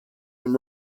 and